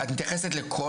אז אני אתמקד במה שלא עלה.